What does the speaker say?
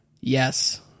Yes